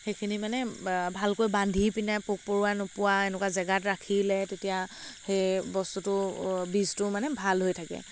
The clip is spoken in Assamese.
সেইখিনি মানে ভালকৈ বান্ধিপিনে পৰুৱাই নোপোৱা এনেকুৱা জেগাত ৰাখিলে তেতিয়া সেই বস্তুটো বীজটো মানে ভাল হৈ থাকে